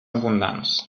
abundants